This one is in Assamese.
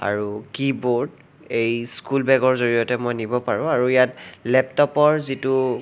আৰু কী বোৰ্ড এই স্কুল বেগৰ জৰিয়তে মই নিব পাৰোঁ আৰু ইয়াত লেপটপৰ যিটো